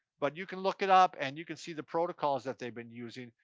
but you can look it up and you can see the protocols that they've been using.